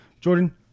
jordan